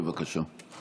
בבקשה.